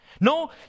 no